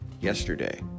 yesterday